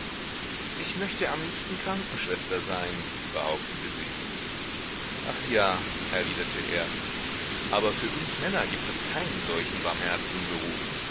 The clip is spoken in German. ich möchte am liebsten krankenschwester sein behauptete sie ach ja erwiderte er aber für uns männer gibt es keinen solchen barmherzigen beruf